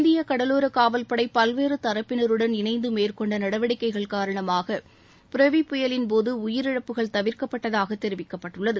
இந்தியக் கடலோரக் காவல் படை பல்வேறு தரப்பினருடன் இணைந்து மேற்கொண்ட நடவடிக்கைகளின் காரணமாக புரேவி புயலின் போது உயிரிழப்புகள் தவிர்க்கப்பட்டதாகத் தெரிவிக்கப்பட்டுள்ளது